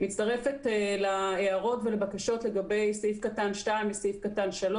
אני מצטרפת להערות ולבקשות לגבי סעיף קטן (2) וסעיף קטן (3).